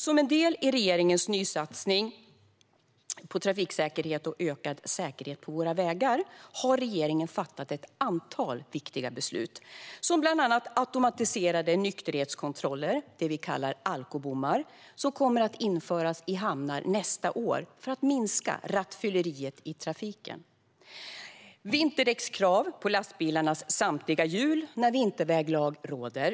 Som en del i regeringens nysatsning på trafiksäkerhet och ökad säkerhet på våra vägar har regeringen fattat ett antal viktiga beslut. Det gäller bland automatiserade nykterhetskontroller, det vi kallar alkobommar, som kommer att införas i hamnar nästa år för att minska rattfylleriet i trafiken. Det blir vinterdäckskrav på lastbilarnas samtliga hjul när vinterväglag råder.